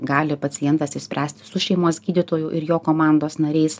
gali pacientas išspręsti su šeimos gydytoju ir jo komandos nariais